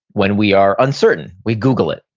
when we are uncertain, we google it.